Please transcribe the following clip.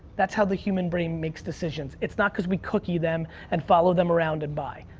that's how the human brain makes decisions. it's not cuz we cookie them and follow them around and buy.